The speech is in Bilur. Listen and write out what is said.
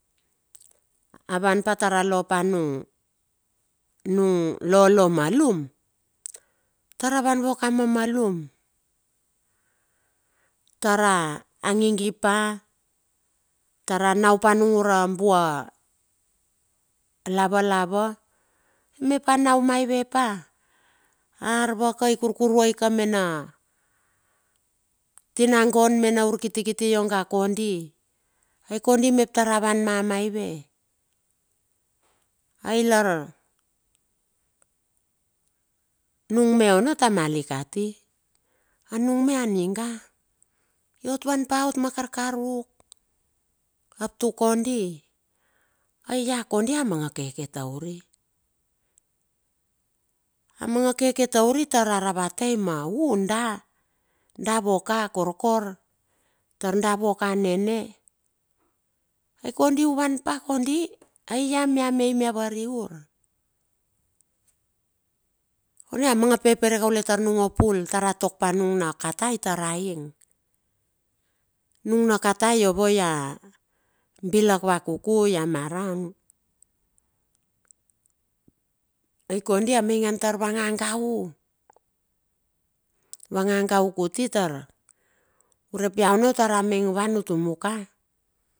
Avan pa tar a lopa nung, nung lolo malum, tara van vuo ka ma malum, tara a ngingipa, toura naupa nung ura bua lavalava. Mep a nau maiue pa? Ar vakai kurkuruai ka mena, tinangon me na urkitikiti ionga kondi. Ai kondi mep tar a vuan mamaive? Ai lar nung me ono tamali kati, nung me a ninga iot vanpa ma karkaruk ap tuk kondi. Ai ia kondi a manga keke tauri, a manga keke tauri tar aravatai ma, u da, da vaka korkor ta da voka nene. Ai kondi u vanpa kondi. Ai ya mia? Mia mei mia vareur? Kondi a manga pepera ta nung opul tar a tok pa nung a katai tar a ing. Nung na katai iova ia bilak vakuku ia marang. Ai kondi a maingan tar va ngangau. Va ngagau kuti tar urep ia ono tara amaing van utumaka.